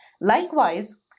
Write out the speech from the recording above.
Likewise